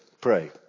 pray